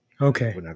Okay